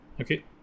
okay